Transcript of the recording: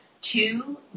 two